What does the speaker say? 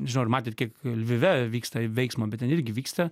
nežinau ar matėt kiek lvive vyksta veiksmo bet ten irgi vyksta